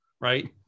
right